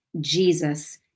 Jesus